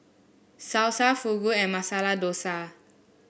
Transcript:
Salsa Fugu and Masala Dosa